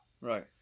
Right